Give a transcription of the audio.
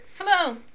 Hello